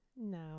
No